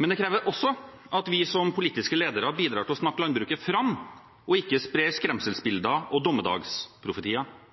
Men det krever også at vi som politiske ledere bidrar til å snakke landbruket fram og ikke sprer skremselsbilder og dommedagsprofetier.